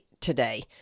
today